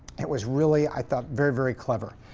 it was really, i thought, very, very clever.